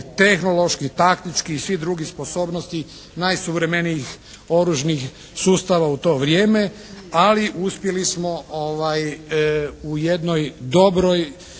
tehnoloških, taktičkih i svih drugih sposobnosti najsuvremenijih oružnih sustava u to vrijeme, ali uspjeli smo u jednoj dobroj